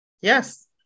Yes